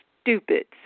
Stupid